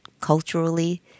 culturally